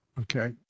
Okay